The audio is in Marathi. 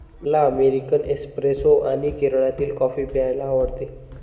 मला अमेरिकन एस्प्रेसो आणि केरळातील कॉफी प्यायला आवडते